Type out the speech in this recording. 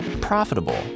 profitable